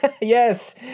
Yes